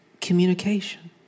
communication